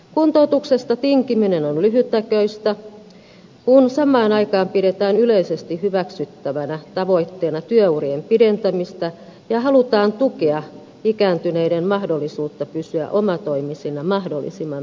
kuntoutuksesta tinkiminen on lyhytnäköistä kun samaan aikaan pidetään yleisesti hyväksyttävänä tavoitteena työurien pidentämistä ja halutaan tukea ikääntyneiden mahdollisuutta pysyä omatoimisina mahdollisimman pitkään